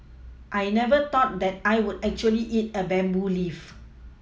I never thought that I would actually eat a bamboo leaf